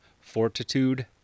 fortitude